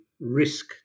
risk